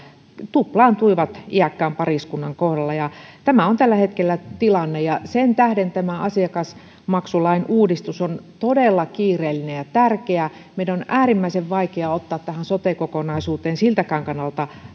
tuplaantuivat iäkkään pariskunnan kohdalla tämä on tällä hetkellä tilanne ja sen tähden tämä asiakasmaksulain uudistus on todella kiireellinen ja tärkeä meidän on äärimmäisen vaikea ottaa tähän sote kokonaisuuteen siltäkään kannalta